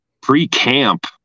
pre-camp